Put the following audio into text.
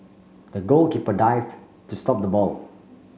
the goalkeeper dived to stop the ball